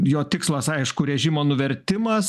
jo tikslas aišku režimo nuvertimas